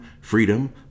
freedom